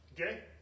Okay